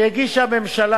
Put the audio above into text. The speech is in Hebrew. שהגישה הממשלה,